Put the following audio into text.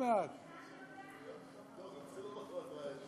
דבר על מוסד התכנון.